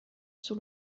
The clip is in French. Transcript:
sur